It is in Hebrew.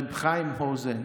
רבי חיים האוזן.